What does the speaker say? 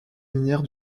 minière